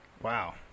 Wow